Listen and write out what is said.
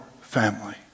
family